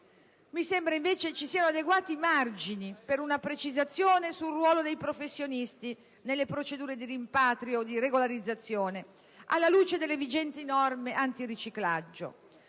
Mi sembra, invece, ci siano adeguati margini per una precisazione sul ruolo dei professionisti nelle procedure di rimpatrio e regolarizzazione alla luce delle vigenti norme antiriciclaggio: